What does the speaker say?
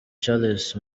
charles